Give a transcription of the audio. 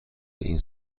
این